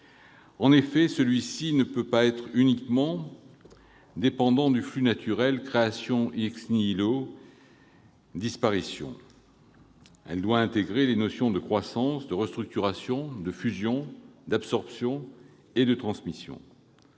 En effet, elle ne peut dépendre uniquement du flux naturel- création, disparition -, mais doit intégrer les notions de croissance, de restructuration, de fusion, d'absorption et de transmission.